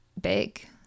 big